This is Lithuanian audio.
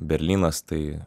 berlynas tai